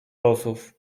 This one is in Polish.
losów